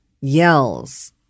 yells